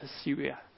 Assyria